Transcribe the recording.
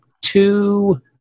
two